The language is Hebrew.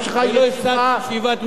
ולא הפסדתי ישיבת ממשלה אחת.